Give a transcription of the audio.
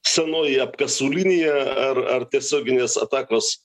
senoji apkasų linija ar ar tiesioginės atakos